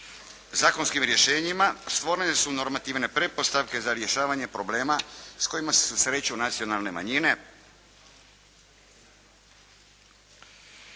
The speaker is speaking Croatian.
zakonskim rješenjima stvorene su normativne pretpostavke za rješavanje problema s kojima se susreću nacionalne manjine